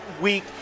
week